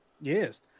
Yes